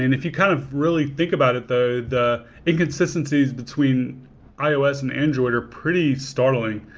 and if you kind of really think about it, the the inconsistencies between ios and android are pretty startling.